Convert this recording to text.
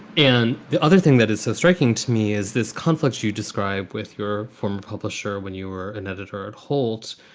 and the other thing that is so striking to me is this conflict you describe with your former publisher when you were an editor at holtze,